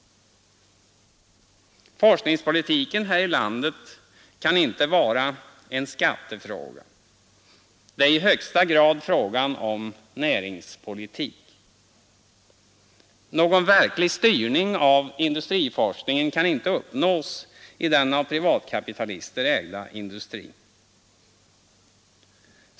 Forskningspolitiken här i landet kan inte vara en skattefråga; den är i högsta grad en fråga om näringspolitik. Någon verklig styrning av industriforskningen kan inte uppnås i den av privatkapitalister ägda industrin.